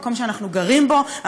המקום שאנחנו גרים בו,